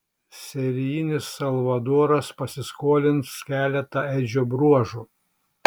serijinis salvadoras pasiskolins keletą edžio bruožų